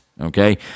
Okay